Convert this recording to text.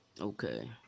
Okay